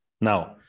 Now